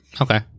Okay